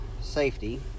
safety